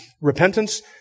repentance